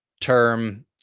term